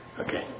Okay